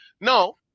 No